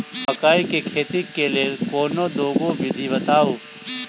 मकई केँ खेती केँ लेल कोनो दुगो विधि बताऊ?